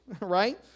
right